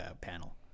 panel